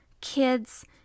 kids